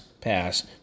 pass